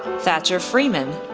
thatcher freeman,